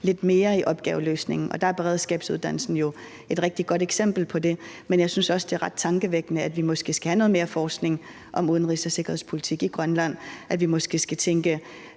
lidt mere i opgaveløsningen, og der er beredskabsuddannelsen jo et rigtig godt eksempel på det. Men jeg synes også, det er ret tankevækkende, at vi måske skal have noget mere forskning om udenrigs- og sikkerhedspolitik i Grønland, og at vi måske mere skal tænke